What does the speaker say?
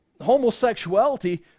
homosexuality